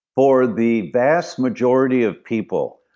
for the vast majority of people,